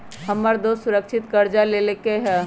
हमर दोस सुरक्षित करजा लेलकै ह